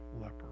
leper